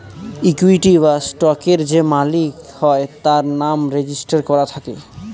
equity বা স্টকের যে মালিক হয় তার নাম রেজিস্টার করা থাকে